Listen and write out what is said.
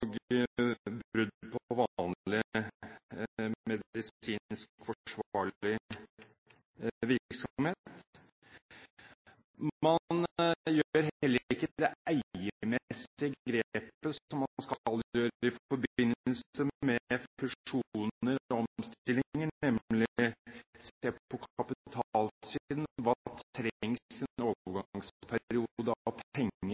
vanlig medisinsk forsvarlig virksomhet. Man gjør heller ikke det eiermessige grepet som man skal gjøre i forbindelse med fusjoner og omstillinger, nemlig å se på